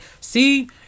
see